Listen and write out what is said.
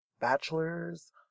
bachelor's